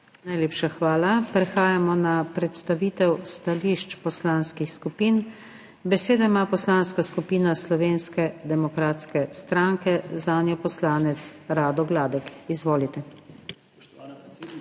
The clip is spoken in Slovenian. Najlepša hvala. Prehajamo na predstavitev stališč poslanskih skupin. Besedo ima Poslanska skupina Slovenske demokratske stranke, zanjo poslanec Rado Gladek. Izvolite.